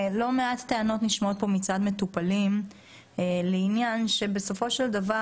לא מעט טענות נשמעות פה מצד מטופלים לעניין שבסופו של דבר,